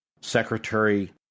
Secretary